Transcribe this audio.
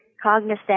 Cognizant